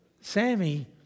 Sammy